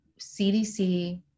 CDC